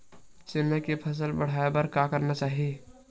चना के फसल बढ़ाय बर का करना चाही?